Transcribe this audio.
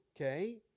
okay